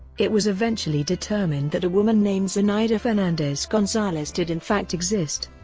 it was eventually determined that a woman named zenaida fernandez-gonzalez did in fact exist,